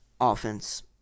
offense